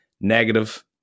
negative